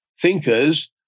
thinkers